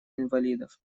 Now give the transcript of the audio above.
инвалидов